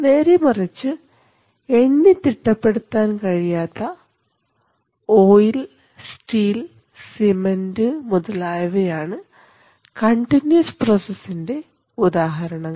നേരെമറിച്ച് എണ്ണി തിട്ടപ്പെടുത്താൻ കഴിയാത്ത ഓയിൽ സ്റ്റീൽ സിമൻറ് മുതലായവയാണ് കണ്ടിന്യൂസ് പ്രോസസ്ൻറെ ഉദാഹരണങ്ങൾ